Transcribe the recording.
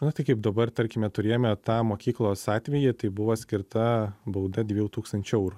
na tai kaip dabar tarkime turėjome tą mokyklos atvejį tai buvo skirta bauda dviejų tūkstančių eurų